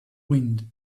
wind